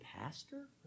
pastor